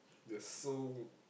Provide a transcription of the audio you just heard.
there's so